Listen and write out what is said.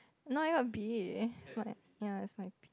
no I got B it's my ya it's my